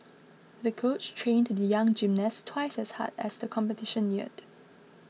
the coach trained the young gymnast twice as hard as the competition neared